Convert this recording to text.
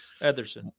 Ederson